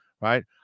right